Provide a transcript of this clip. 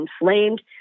inflamed